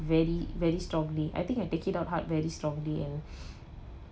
very very strongly I think I take it out hard very strongly and